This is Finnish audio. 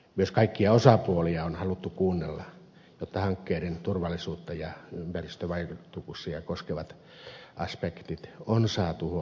myös kaikkia osapuolia on haluttu kuunnella jotta hankkeiden turvallisuutta ja ympäristövaikutuksia koskevat aspektit on saatu huomioitua asianmukaisella tavalla